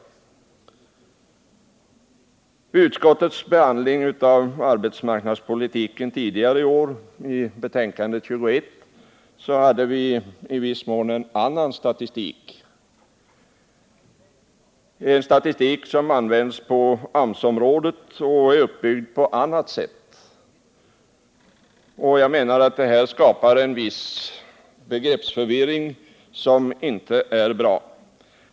När det gäller utskottets behandling av arbetsmarknadspolitiken tidigare i år, så fanns i betänkande nr 21 en i viss mån annan statistik — en statistik som används på AMS-området och som är uppbyggd på ett annat sätt. Jag menar att detta skapar en viss begreppsförvirring som inte är bra.